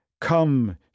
come